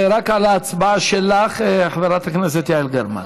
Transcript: זה רק על ההצעה שלך, חברת הכנסת יעל גרמן.